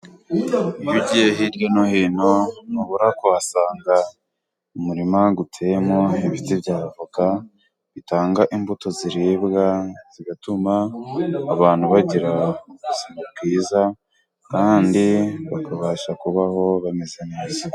Iyo ugiye hirya no hino, ntubura kuhasanga umurima uteyemo ibiti bya avoka bitanga imbuto ziribwa, zigatuma abantu bagira ubuzima bwiza, kandi bakabasha kubaho bameze neza.